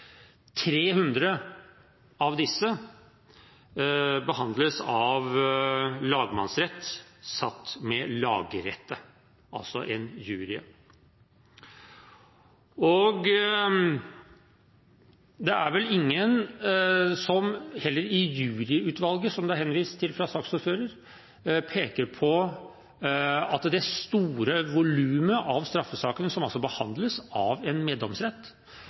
300 av disse behandles av lagmannsrett satt med lagrette, altså en jury. Det er vel heller ingen i juryutvalget – som det er henvist til fra saksordføreren – som peker på at det store volumet av straffesaker, som altså behandles av en meddomsrett,